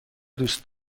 دوست